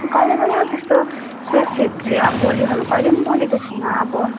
कहिले पनि अब त्यस्तो क्षेत्रीय बोलीहरू कहिले पनि बोलेको छुइनँ अब